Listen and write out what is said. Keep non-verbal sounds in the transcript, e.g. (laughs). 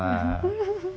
(laughs)